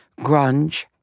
grunge